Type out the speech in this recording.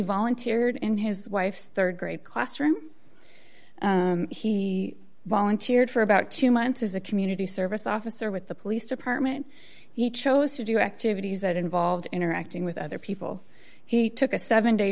volunteered in his wife's rd grade classroom he volunteered for about two months as a community service officer with the police department he chose to do activities that involved interacting with other people he took a seven day